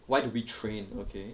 why do we train okay